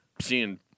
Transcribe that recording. seeing